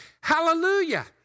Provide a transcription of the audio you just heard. hallelujah